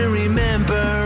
remember